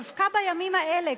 דווקא בימים האלה,